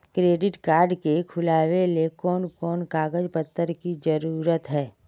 Credit card के खुलावेले कोन कोन कागज पत्र की जरूरत है?